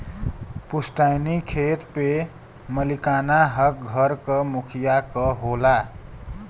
पुस्तैनी खेत पे मालिकाना हक घर क मुखिया क होला